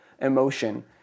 emotion